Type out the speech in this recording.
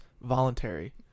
voluntary